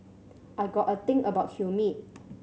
I got a thing about humid